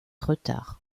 retard